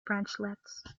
branchlets